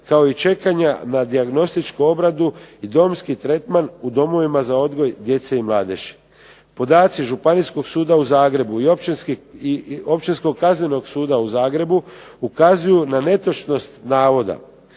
kao i čekanja na dijagnostičku obradu i domski tretman u domovima za odgoj djece i mladeži. Podaci Županijskog suda u Zagrebu i Općinskog kaznenog suda u Zagrebu ukazuju na netočnost navoda,